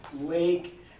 lake